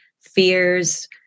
fears